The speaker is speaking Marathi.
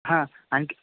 हां आणखी